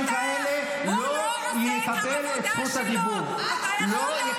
זו האמת, האחראי לא עושה את העבודה שלו, אז הוא גם